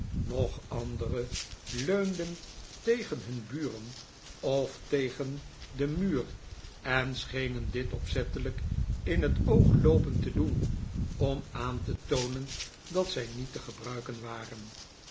nog andere leunden tegen hun buren of tegen den muur en schenen dit opzettelijk in het oog loopend te doen om aan te toonen dat zij niet te gebruiken waren